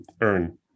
earn